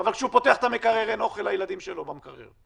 כשהוא פותח את המקרר אין אוכל לילדים שלו במקרר.